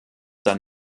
dann